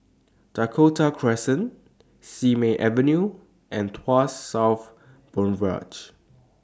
Dakota Crescent Simei Avenue and Tuas South Boulevard